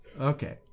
Okay